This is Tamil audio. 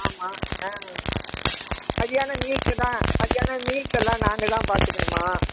ஆமாம் ஆ ம மத்தியானம் மீல்ஸெல்லாம் மத்தியானம் மீல்ஸெல்லாம் நாங்கள் தான் பார்த்துக்கணுமா